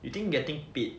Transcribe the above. you think getting paid